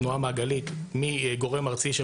בתנועה מעגלית מגורם ארצי,